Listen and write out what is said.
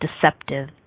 deceptive